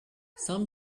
some